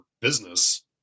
business